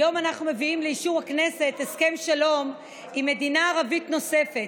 היום אנחנו מביאים לאישור הכנסת הסכם שלום עם מדינה ערבית נוספת,